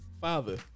father